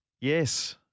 Yes